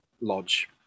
lodge